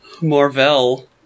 Marvel